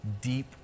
deep